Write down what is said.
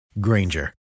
Granger